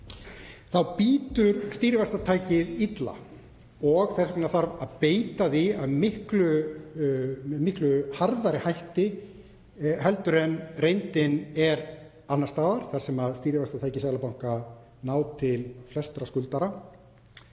þá bítur stýrivaxtatækið illa og þess vegna þarf að beita því með miklu harðari hætti heldur en reyndin er annars staðar þar sem stýrivaxtatæki seðlabanka ná til flestra skuldara.